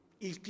il